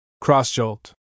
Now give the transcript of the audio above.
cross-jolt